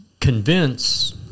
convince—